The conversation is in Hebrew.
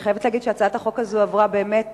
אני חייבת להגיד שהצעת החוק הזאת עברה בהסכמה,